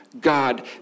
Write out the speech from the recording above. God